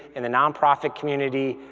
in the nonprofit community.